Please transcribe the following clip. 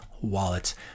wallets